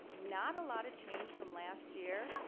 not a lot of change from last year.